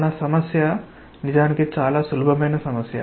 మన సమస్య నిజానికి చాలా సులభమైన సమస్య